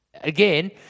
again